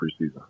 preseason